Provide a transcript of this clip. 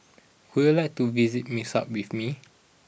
would you like to visit Minsk with me